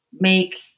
make